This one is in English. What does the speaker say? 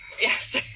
yes